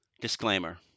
Disclaimer